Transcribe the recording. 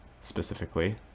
specifically